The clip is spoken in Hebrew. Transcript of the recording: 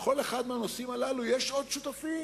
בכל אחד מהנושאים הללו יש עוד שותפים: